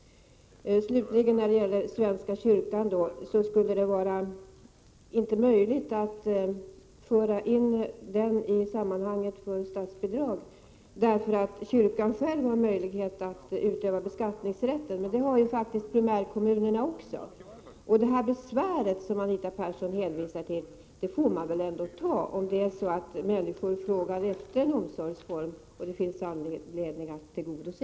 Slutligen när det gäller svenska kyrkan: Det skulle inte vara möjligt att ge kyrkan statsbidrag, därför att kyrkan själv har möjlighet att utöva beskattningsrätt, påstås det. En sådan beskattningsrätt har ju faktiskt primärkom munerna också. Och det besväret, som Anita Persson hänvisar till, får vi väl ta om människor efterfrågar en omsorgsform som det finns anledning att tillgodose.